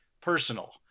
personal